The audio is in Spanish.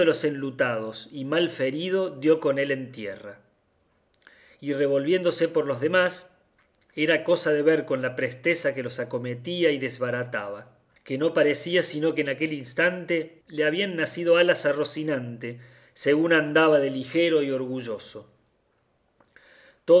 enlutados y mal ferido dio con él en tierra y revolviéndose por los demás era cosa de ver con la presteza que los acometía y desbarataba que no parecía sino que en aquel instante le habían nacido alas a rocinante según andaba de ligero y orgulloso